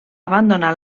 abandonar